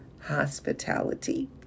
hospitality